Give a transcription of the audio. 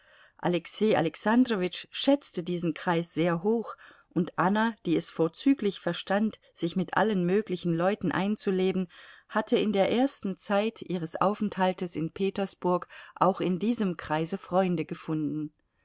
alexei alexandrowitsch schätzte diesen kreis sehr hoch und anna die es vorzüglich verstand sich mit allen möglichen leuten einzuleben hatte in der ersten zeit ihres aufenthaltes in petersburg auch in diesem kreise freunde gefunden